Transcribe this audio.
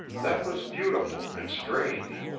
that was beautiful and strange.